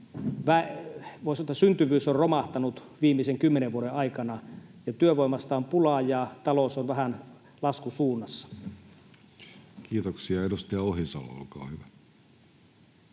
jossa meidän syntyvyys on romahtanut viimeisten kymmenen vuoden aikana ja työvoimasta on pulaa ja talous on vähän laskusuunnassa. Kiitoksia. — Edustaja Ohisalo, olkaa hyvä.